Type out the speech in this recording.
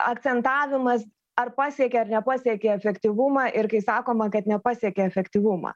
akcentavimas ar pasiekė ar nepasiekė efektyvumą ir kai sakoma kad nepasiekė efektyvumą